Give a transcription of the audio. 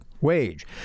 wage